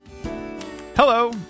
Hello